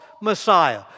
messiah